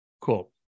Cool